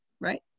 right